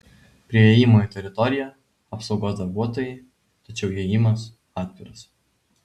prie įėjimo į teritoriją apsaugos darbuotojai tačiau įėjimas atviras